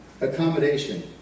Accommodation